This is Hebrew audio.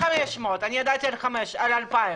אתם